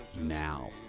Now